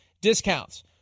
discounts